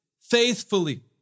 faithfully